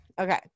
okay